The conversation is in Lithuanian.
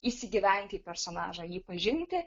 įsigyvent į personažą jį pažinti